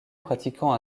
pratiquant